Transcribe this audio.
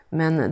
men